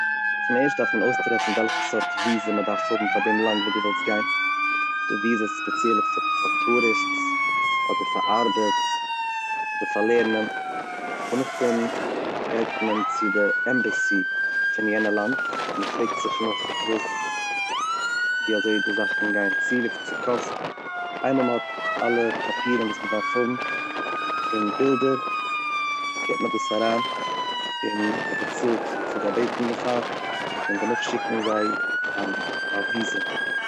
צום ערשט דארף מען אויסטרעפן וועלכע סארט וויזע מען דארף האבן פאר דעם לאנד ווי דו ווילסט גיין, ס'דא וויזעס ספעציעל פאר טוריסטס אדער פאר ארבעט אדער פאר לערנען דערנאך גייט מען צו די עמבעסי פון יענע לאנד און מען פרעגט זיך נאך אויף וואס ווי אזוי די זאכן גייען צו וויפיל ס'קאסט, איינמאל מ'האט אלע פאפירן וואס מען דארף האבן און בילדער, געבט מען דאס אריין און מ'באצאלט וויפיל זיי בעטן דערפאר, און דערנאך שיקן זיי א וויזע.